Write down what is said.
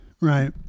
Right